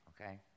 okay